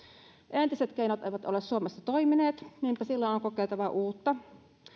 entiset keinot eivät ole suomessa toimineet niinpä silloin on kokeiltava uutta